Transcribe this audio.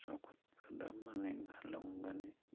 ꯆꯥꯎꯈꯠꯍꯜꯂ ꯃꯅꯤꯡ ꯍꯜꯂꯝꯒꯅꯤ